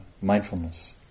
mindfulness